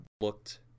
looked